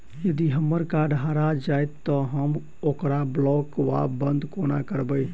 यदि हम्मर कार्ड हरा जाइत तऽ हम ओकरा ब्लॉक वा बंद कोना करेबै?